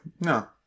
No